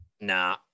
Nah